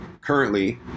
currently